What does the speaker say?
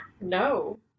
No